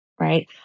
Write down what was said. right